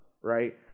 Right